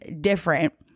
different